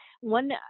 one